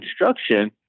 instruction